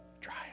Try